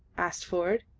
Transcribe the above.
asked ford.